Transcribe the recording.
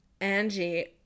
Angie